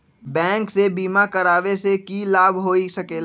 Bank से बिमा करावे से की लाभ होई सकेला?